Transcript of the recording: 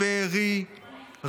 מבארי,